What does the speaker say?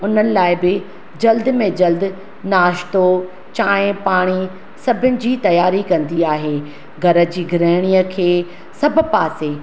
उन्हनि लाइ बि जल्दी में जल्दी नाश्तो चांहि पाणी सभिनी जी तयारी कंदी आहे घर जी ग्रहणीअ खे सभु पासे